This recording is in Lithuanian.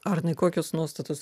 arnai kokios nuostatos